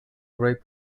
rape